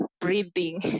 breathing